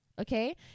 Okay